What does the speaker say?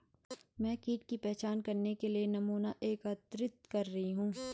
मैं कीट की पहचान करने के लिए नमूना एकत्रित कर रही हूँ